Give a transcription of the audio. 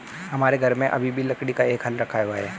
हमारे घर में अभी भी लकड़ी का एक हल रखा हुआ है